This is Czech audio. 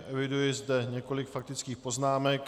Eviduji zde několik faktických poznámek.